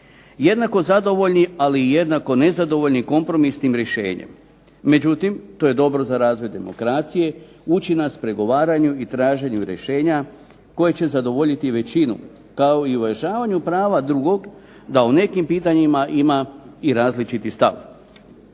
jednako zadovoljni, ali jednako nezadovoljni kompromisnim rješenjem. Međutim, to je dobro za razvoj demokracije, uči nas pregovaranju i traženju rješenja koje će zadovoljiti većinu, kao i uvažavanju prava drugog da u nekim pitanjima ima i različiti stav.